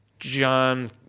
John